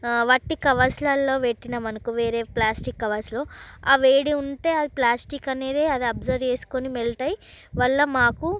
వట్టి కవర్సుల్లల్లో వెట్టినామనుకో వేరే ప్లాస్టిక్ కవర్సులో ఆ వేడి ఉంటే అది ప్లాస్టిక్ అనేది అది అబ్జర్వ్ చేసుకుని మెల్టై వల్ల మాకు